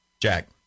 Jack